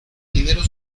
dinero